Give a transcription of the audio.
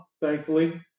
thankfully